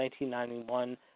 1991